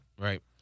Right